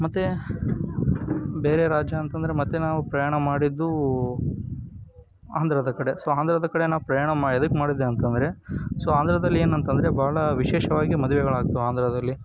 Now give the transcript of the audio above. ಮತ್ತು ಬೇರೆ ರಾಜ್ಯ ಅಂತ ಅಂದ್ರೆ ಮತ್ತೆ ನಾವು ಪ್ರಯಾಣ ಮಾಡಿದ್ದು ಆಂಧ್ರದ ಕಡೆ ಸೊ ಆಂಧ್ರದ ಕಡೆ ನಾವು ಪ್ರಯಾಣ ಮಾಡಿದ್ವಿ ಎದಕ್ಕೆ ಮಾಡಿದ್ವಿ ಅಂತ ಅಂದ್ರೆ ಸೊ ಆಂಧ್ರದಲ್ಲಿ ಏನಂತ ಅಂದ್ರೆ ಭಾಳ ವಿಶೇಷವಾಗಿ ಮದುವೆಗಳಾಗ್ತಾವೆ ಆಂಧ್ರದಲ್ಲಿ